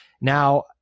now